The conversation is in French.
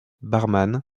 barman